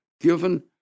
given